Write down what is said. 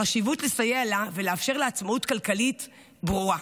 החשיבות בלסייע לה ולאפשר לה עצמאות כלכלית ברורה.